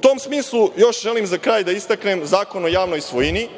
tom smislu, još želim za kraj da istaknem Zakon o javnoj svojini.